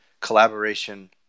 collaboration